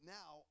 now